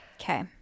Okay